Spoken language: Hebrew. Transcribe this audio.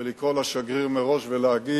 ולקרוא לשגריר מראש ולומר: